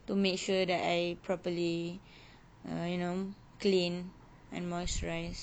to make sure that I properly err you know clean and moisturize